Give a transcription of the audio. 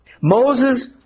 Moses